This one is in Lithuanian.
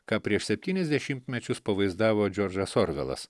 ką prieš septynis dešimtmečius pavaizdavo džordžas orvelas